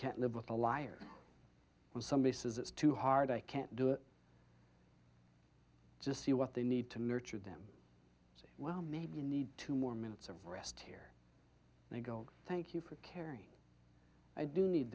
can't live with a liar when somebody says it's too hard i can't do it just see what they need to nurture them so well maybe you need two more minutes of rest here they go thank you for caring i do need